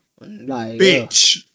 bitch